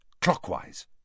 clockwise